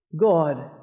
God